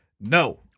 no